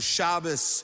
Shabbos